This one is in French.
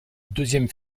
deuxième